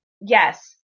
Yes